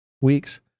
weeks